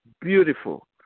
beautiful